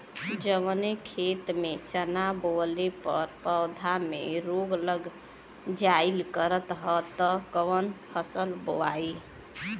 जवने खेत में चना बोअले पर पौधा में रोग लग जाईल करत ह त कवन फसल बोआई?